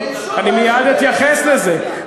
אין שום בעיה, אני מייד אתייחס לזה.